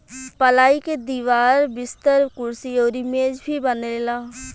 पलाई के दीवार, बिस्तर, कुर्सी अउरी मेज भी बनेला